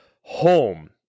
home